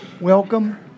Welcome